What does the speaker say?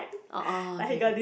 orh okay K